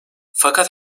fakat